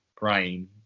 brain